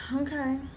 Okay